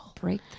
break